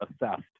assessed